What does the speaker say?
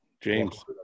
James